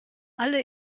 alle